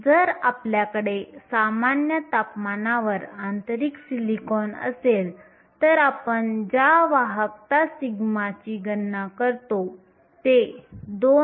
जर आपल्याकडे सामान्य तापमानावर आंतरिक सिलिकॉन असेल तर आपण ज्या वाहकता सिग्माची गणना करतो ते 2